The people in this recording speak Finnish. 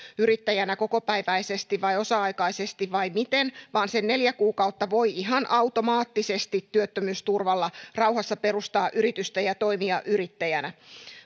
yrittäjänä kokopäiväisesti vai osa aikaisesti vai miten vaan sen neljä kuukautta voi ihan automaattisesti työttömyysturvalla rauhassa perustaa yritystä ja toimia yrittäjänä